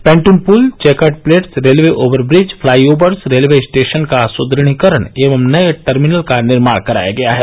पैन्ट्रन पुल chequered plates railway over bridge flyovers railway station का सुदढ़ीकरण एवं नए टर्मिनल का निर्माण कराया गया है